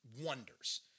wonders